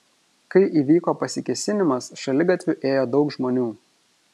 kai įvyko pasikėsinimas šaligatviu ėjo daug žmonių